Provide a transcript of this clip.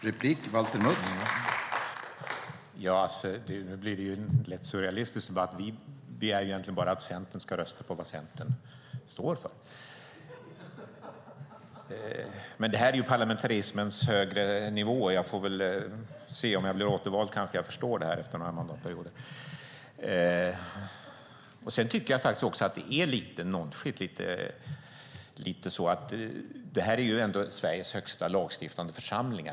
Herr talman! Detta blir en lätt surrealistisk debatt. Vi begär egentligen bara att Centern ska rösta på det Centern står för. Men det här är parlamentarismens högre nivå. Om jag blir återvald kanske jag förstår det här efter den här mandatperioden. Sedan tycker jag faktiskt att det är lite nonchalant. Det här är ändå Sveriges högsta beslutande församling.